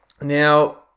Now